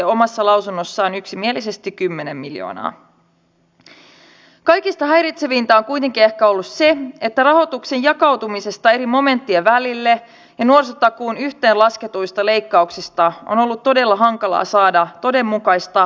kun heidän naispuolinen työntekijänsä yleensä näitä vauvoja saa ja joutuu jäämään töistä pois niin saa tämän kertakorvauksen joka on todella kiitetty vaihtoehto